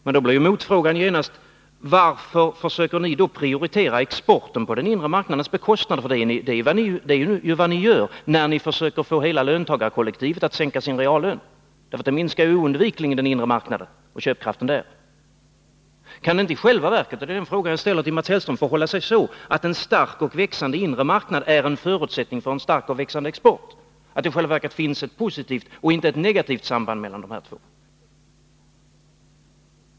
Men min motfråga blir genast: Varför försöker ni då prioritera exporten på den inre marknadens bekostnad? Det är ju vad ni gör när ni försöker få hela löntagarkollektivet att sänka sin reallön. Det minskar ju oundvikligen köpkraften på den inre marknaden. Kan det inte i själva verket förhålla sig så — det är den fråga jag ställer till Mats Hellström — att en stark och växande inre marknad är en förutsättning för en stark och växande export och att det finns ett positivt, inte ett negativt, samband mellan dessa två?